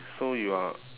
so you are